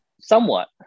somewhat